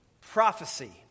prophecy